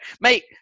Mate